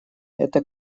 это